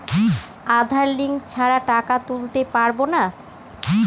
আধার link ছাড়া টাকা তুলতে পারব না?